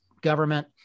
government